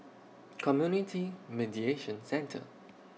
Community Mediation Centre